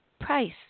Price